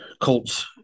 Colts